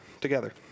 together